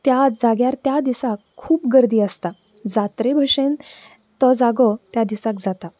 त्या जाग्यार त्या दिसाक खूब गर्दी आसता जात्रे बशेन तो जागो त्या दिसाक जाता